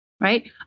right